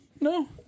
No